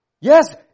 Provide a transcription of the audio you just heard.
Yes